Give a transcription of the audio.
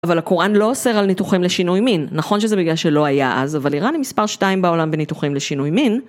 אבל הקוראן לא אוסר על ניתוחים לשינוי מין, נכון שזה בגלל שלא היה אז, אבל אירן היא מספר 2 בעולם בניתוחים לשינוי מין.